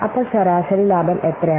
അപ്പോൾ ശരാശരി ലാഭം എത്രയാണ്